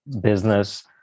business